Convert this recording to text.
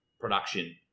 production